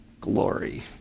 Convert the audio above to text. glory